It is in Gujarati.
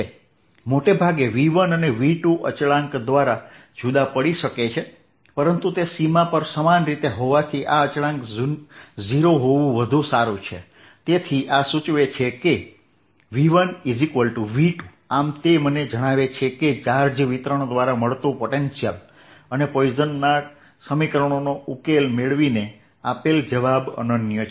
મોટે ભાગે V1અને V2 અચળાંક દ્વારા જુદા પડી શકે છે પરંતુ તે સીમા પર સમાન હોવાથી આ અચળાંક 0 હોવું વધુ સારું છે તેથી આ સૂચવે છે કે V1V2આમ તે મને જણાવે છે કે ચાર્જ વિતરણ દ્વારા મળતું પોટેન્શિયલ અને પોઈસનના સમીકરણો નો ઉકેલ મેળવીને આપેલ જવાબ અનન્ય છે